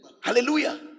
Hallelujah